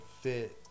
fit